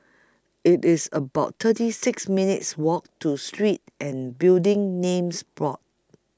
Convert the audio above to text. IT IS about thirty six minutes' Walk to Street and Building Names Board